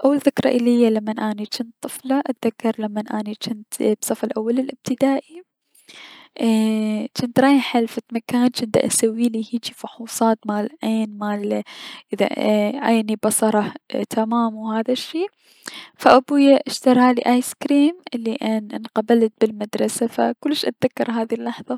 اول ذكرى اليا لمن اني جنت طفلة، اتذكر لمن اني جنت بصف الأول ايي - حنت رايحة لفد مكان جنت دأسويلي هيجي فحوصات العين مال اذا عيني بصره اي تمام و هذا الشي فأبوي اشترالي ايس كريم الي انقبلت بلمدرسة فكلش اتذكر هذي اللحظة.